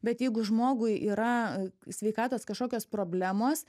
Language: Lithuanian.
bet jeigu žmogui yra sveikatos kažkokios problemos